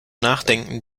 nachdenken